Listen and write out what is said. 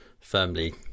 firmly